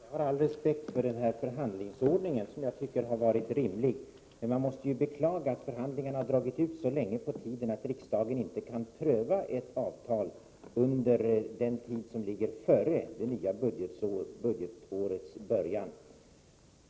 Herr talman! Jag har all respekt för förhandlingsordningen, som har varit rimlig, men jag måste beklaga att förhandlingarna har dragit ut så länge på tiden att riksdagen inte kan pröva ett avtal under tiden före det nya budgetårets början.